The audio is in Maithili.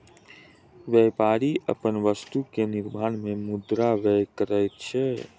व्यापारी अपन वस्तु के निर्माण में मुद्रा व्यय करैत अछि